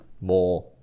more